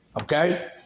Okay